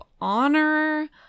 honor